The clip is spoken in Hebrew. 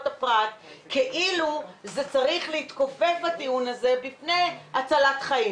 הפרט כאילו הוא צריך להתכופף בפני הצלת חיים.